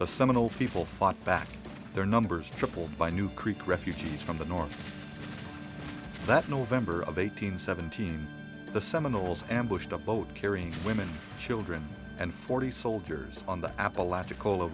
the seminal people fought back their numbers tripled by new creek refugees from the north that november of eight hundred seventeen the seminoles ambushed a boat carrying women children and forty soldiers on the apalachicola